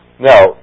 Now